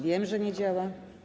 Wiem, że nie działa.